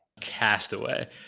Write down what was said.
Castaway